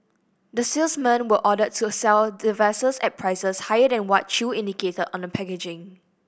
the salesmen were ordered to a sell devices at prices higher than what chew indicated on the packaging